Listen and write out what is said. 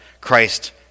Christ